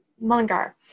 Mullingar